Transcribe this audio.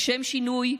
לשם שינוי,